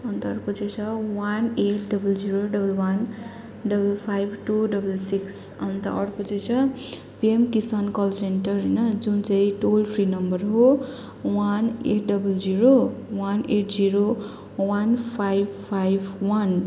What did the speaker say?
अन्त अर्को चाहिँ छ one eight double zero double one double five two double six अन्त अर्को चाहिँ छ पिएम किसान कल सेन्टर होइन जुन चाहिँ टोलफ्री नम्बर हो one eight double zero one eight zero one five five one